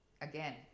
again